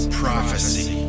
prophecy